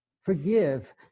Forgive